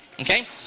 Okay